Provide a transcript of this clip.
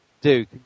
Duke